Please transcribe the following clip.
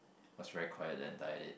was very quiet the entire date